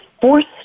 forced